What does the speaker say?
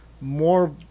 more